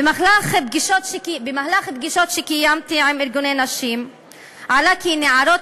במהלך פגישות שקיימתי עם ארגוני נשים עלה כי נערות